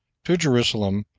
to jerusalem,